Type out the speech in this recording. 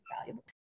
valuable